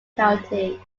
county